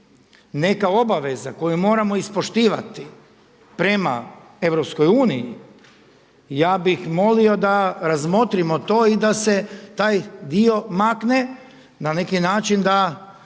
neka obaveza koju moramo ispoštivati prema EU ja bih molio da razmotrimo to i da se taj dio makne, na neki način da